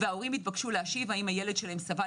ההורים התבקשו להשיב האם הילד שלהם סבל